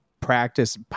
practice